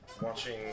watching